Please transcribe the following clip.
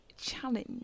challenge